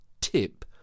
tip